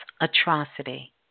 atrocity